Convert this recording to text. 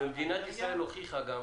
מדינת ישראל הוכיחה לנו